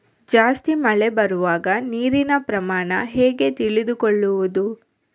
ಜಾಸ್ತಿ ಮಳೆ ಬರುವಾಗ ನೀರಿನ ಪ್ರಮಾಣ ಹೇಗೆ ತಿಳಿದುಕೊಳ್ಳುವುದು?